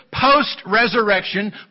post-resurrection